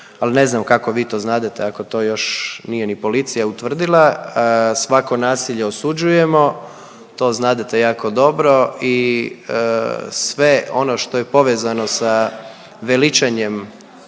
al ne znam kako vi to znadete ako to još nije ni policija utvrdila. Svako nasilje osuđujemo, to znadete jako dobro i sve ono što je povezano sa veličanjem